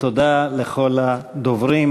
ותודה לכל הדוברים